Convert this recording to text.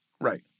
Right